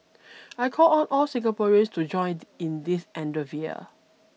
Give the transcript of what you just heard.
I call on all Singaporeans to join in this endeavour